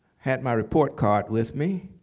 had my report card with me.